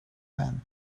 when